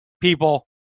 people